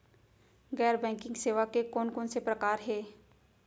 गैर बैंकिंग सेवा के कोन कोन से प्रकार हे?